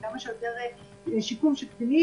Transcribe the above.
כמה שיותר שיקום של קטינים,